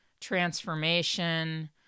transformation